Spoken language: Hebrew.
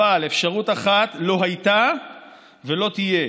אבל אפשרות אחת לא הייתה ולא תהיה,